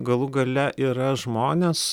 galų gale yra žmonės